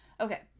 Okay